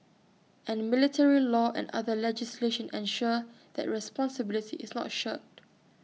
and military law and other legislation ensure that responsibility is not shirked